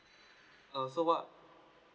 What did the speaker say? uh so what